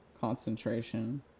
concentration